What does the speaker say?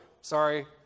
Sorry